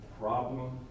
problem